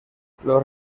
los